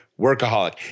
workaholic